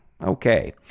Okay